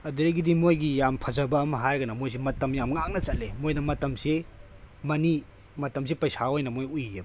ꯑꯗꯨꯗꯒꯤꯗꯤ ꯃꯣꯏꯒꯤ ꯌꯥꯝ ꯐꯖꯕ ꯑꯃ ꯍꯥꯏꯔꯒꯅ ꯃꯣꯏꯁꯦ ꯃꯇꯝ ꯌꯥꯝ ꯉꯥꯛꯅ ꯆꯠꯂꯦ ꯃꯣꯏꯅ ꯃꯇꯝꯁꯦ ꯃꯅꯤ ꯃꯇꯝꯁꯦ ꯄꯩꯁꯥ ꯑꯣꯏꯅ ꯃꯣꯏ ꯎꯏꯑꯦꯕ